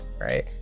right